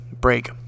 break